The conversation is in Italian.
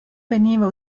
veniva